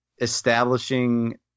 establishing